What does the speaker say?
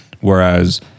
Whereas